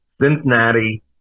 Cincinnati